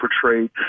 portrayed